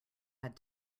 had